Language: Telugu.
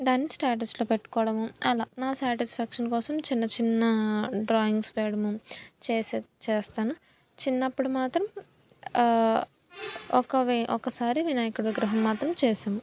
దాన్ని స్టేటస్లో పెట్టుకోవడము అలా నా శాటిస్ఫ్యాక్షన్ కోసం చిన్న చిన్న డ్రాయింగ్స్ వేయడము చేసే చేస్తాను చిన్నప్పుడు మాత్రం ఒక్క వే ఒక్కసారి వినాయకుడి విగ్రహం మాత్రం చేసాము